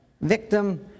victim